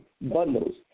Bundles